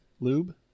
Lube